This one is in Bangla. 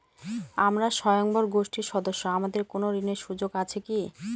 আমরা স্বয়ম্ভর গোষ্ঠীর সদস্য আমাদের কোন ঋণের সুযোগ আছে কি?